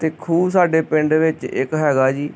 ਤੇ ਖੂਹ ਸਾਡੇ ਪਿੰਡ ਵਿੱਚ ਇੱਕ ਹੈਗਾ ਜੀ